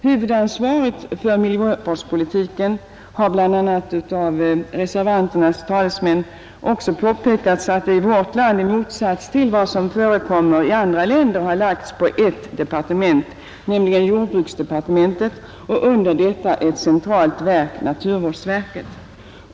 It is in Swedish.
Huvudansvaret för miljövårdspolitiken har i vårt land — detta har också påpekats av reservanternas talesmän — i motsats till vad som förekommer i andra länder lagts på ett departement, nämligen jordbruksdepartementet, och under detta ett centralt verk, naturvårdsverket.